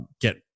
get